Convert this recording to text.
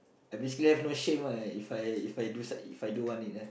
and basically I have no shame ah If I If I do I do want it ah